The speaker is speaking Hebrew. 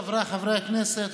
חבריי חברי הכנסת,